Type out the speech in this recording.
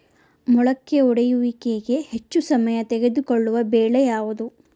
ಮೊಳಕೆ ಒಡೆಯುವಿಕೆಗೆ ಹೆಚ್ಚು ಸಮಯ ತೆಗೆದುಕೊಳ್ಳುವ ಬೆಳೆ ಯಾವುದು?